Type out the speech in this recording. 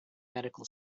medical